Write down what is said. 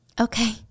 okay